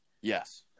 Yes